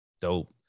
Dope